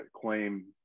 claim